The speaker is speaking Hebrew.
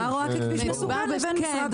רואה ככביש מסוכן לבין משרד התחבורה.